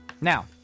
Now